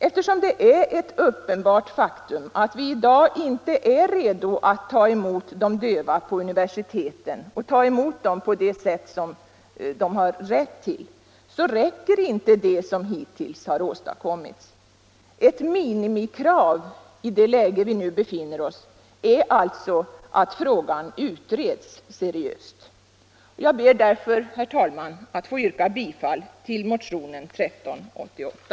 Eftersom det är ett uppenbart faktum att vi i dag inte är redo att ta emot döva vid universiteten på det sätt som de har rätt att kräva, så räcker inte det som hittills har åstadkommits. Ett minimikrav i det läge som vi nu befinner oss i är alltså att frågan utreds seriöst. Jag ber därför, herr talman, att få yrka bifall till motionen 1388.